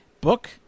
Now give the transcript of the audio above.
book